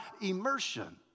immersion